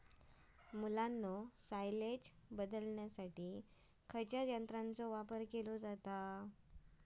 मुलांनो सायलेज बदलण्यासाठी खयच्या यंत्राचो वापर केलो जाता?